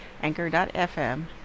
anchor.fm